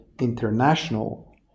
international